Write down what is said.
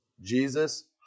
Jesus